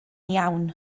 iawn